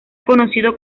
conocido